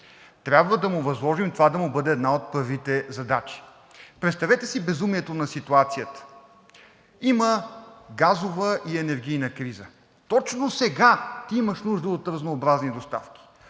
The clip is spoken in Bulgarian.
трябва да му възложим това да бъде една от първите му задачи. Представете си безумието на ситуацията – има газова и енергийна криза. Точно сега ти имаш нужда от разнообразни доставки,